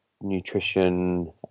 nutrition